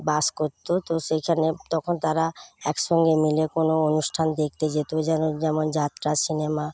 বাস করত তো সেখানে তখন তারা একসঙ্গে মিলে কোনো অনুষ্ঠান দেখতে যেত যেন যেমন যাত্রা সিনেমা